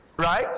Right